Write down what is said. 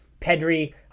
Pedri